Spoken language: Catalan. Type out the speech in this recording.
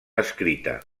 escrita